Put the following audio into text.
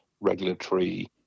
regulatory